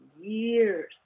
years